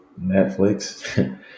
Netflix